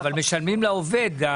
אבל משלמים לעובד.